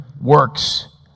works